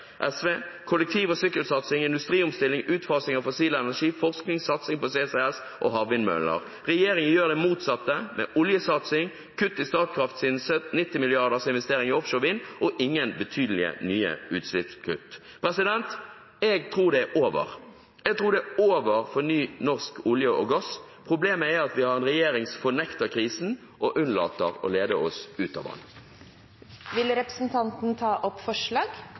kollektiv- og sykkelsatsing, industriomstilling, utfasing av fossil energi, forskning, satsing på CCS og havvindmøller. Regjeringen gjør det motsatte, med oljesatsing, kutt i Statkrafts 90-milliarders investering i offshorevind og ingen betydelige nye utslippskutt. Jeg tror det er over. Jeg tror det er over for ny norsk olje og gass. Problemet er at vi har en regjering som fornekter krisen og unnlater å lede oss ut av den. Vil representanten ta opp forslag?